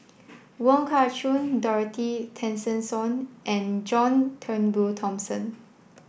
Wong Kah Chun Dorothy Tessensohn and John Turnbull Thomson